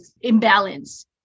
imbalance